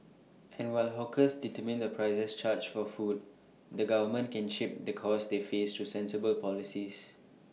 and while hawkers determine the prices charged for food the government can shape the costs they face through sensible policies